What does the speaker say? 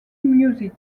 music